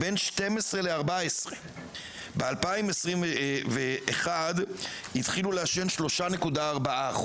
בין 12-14 ב-2021 התחילו לעשן 3.4%,